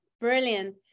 brilliant